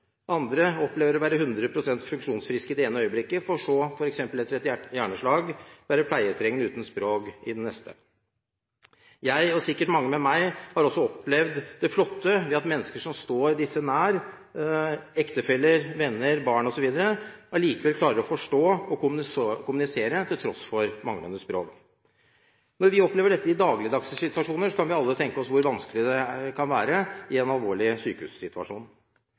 andre opplever å være 100 pst. funksjonsfriske i det ene øyeblikket for så, f.eks. etter et hjerneslag, å være pleietrengende uten språk i det neste. Jeg og sikkert mange med meg har opplevd det flotte ved at mennesker som står disse nær, ektefeller, venner, barn osv., allikevel klarer å forstå og kommunisere, til tross for manglende språk. Når vi opplever dette i dagligdagse situasjoner, kan vi alle tenke oss hvor vanskelig det kan være i en alvorlig sykehussituasjon.